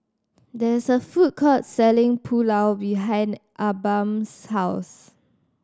there is a food court selling Pulao behind Abram's house